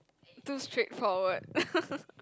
too straightforward